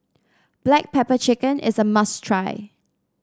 Black Pepper Chicken is a must try